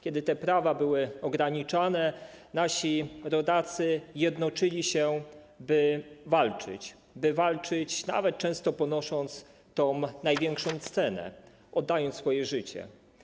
Kiedy te prawa były ograniczane, nasi rodacy jednoczyli się, by walczyć, nawet często ponosząc tę największą cenę, oddając swoje życie.